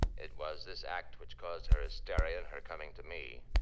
it was this act which caused her hysteria and her coming to me.